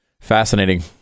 fascinating